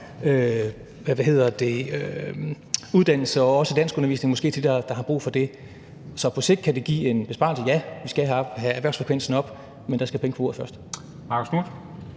uddannelse og også danskundervisning, måske, til dem, der har brug for det. Så på sigt kan det give en besparelse, ja, og vi skal have erhvervsfrekvensen op. Men der skal penge på bordet først.